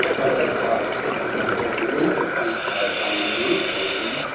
but i thought i can't believe it because on the mainframe,